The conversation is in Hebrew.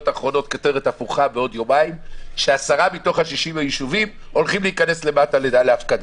אחרונות" כותרת הפוכה ש-10 מתוך 60 הישובים הולכים להיכנס להפקדה.